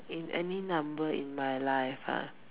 in any number in my life ah